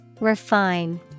Refine